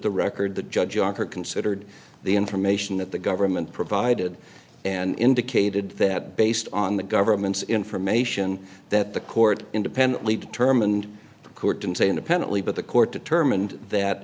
the record the judge juncker considered the information that the government provided and indicated that based on the government's information that the court independently determined the court didn't say independently but the court determined that